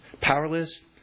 powerless